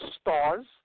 stars